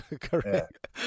Correct